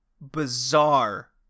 bizarre